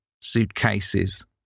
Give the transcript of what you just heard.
suitcases